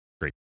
Great